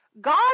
God